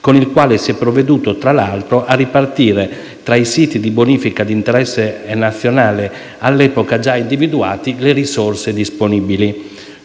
con il quale si è provveduto, tra l'altro, a ripartire tra i siti di bonifica di interesse nazionale all'epoca già individuati le risorse disponibili.